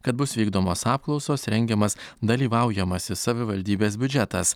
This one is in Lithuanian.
kad bus vykdomos apklausos rengiamas dalyvaujamasis savivaldybės biudžetas